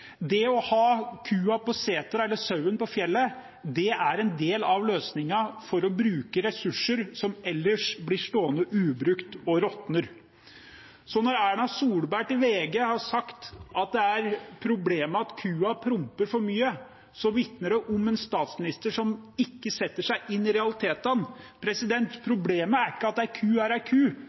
Det å ha kua på setra eller sauen på fjellet er en del av løsningen for å bruke ressurser som ellers blir stående ubrukte og råtner. Så når Erna Solberg til VG har sagt at det er et problem at kua promper for mye, vitner det om en statsminister som ikke setter seg inn i realitetene. Problemet er ikke at ei ku er